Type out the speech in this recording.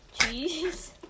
Cheese